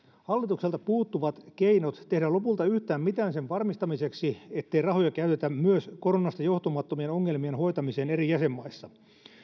hallitukselta puuttuvat keinot tehdä lopulta yhtään mitään sen varmistamiseksi ettei rahoja käytetä myös koronasta johtumattomien ongelmien hoitamiseen eri jäsenmaissa